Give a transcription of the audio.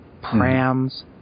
prams